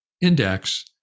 index